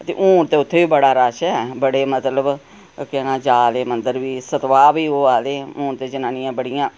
ते हून ते उत्थै बी बड़ा रश ऐ बड़े मतलब केह् ना जा दे मंदर बी सत्पाह् बी होआ दे हून ते जनानियां बड़ियां